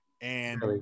and-